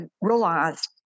realized